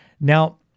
Now